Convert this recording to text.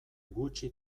gutxi